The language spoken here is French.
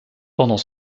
pendant